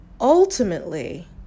ultimately